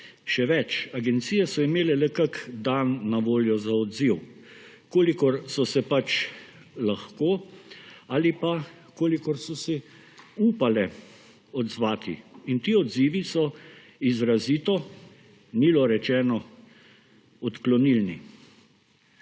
Še več; agencije so imele le kak dan na voljo za odziv, kolikor so se pač lahko ali pa kolikor so si upale odzvati in ti odzivi so izrazito – milo rečeno – odklonilni.